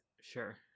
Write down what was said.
sure